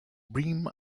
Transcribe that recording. brim